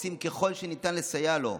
עושים ככל שניתן כדי לסייע לו,